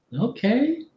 Okay